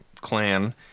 clan